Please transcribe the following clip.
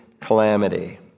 calamity